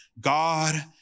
God